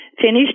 finished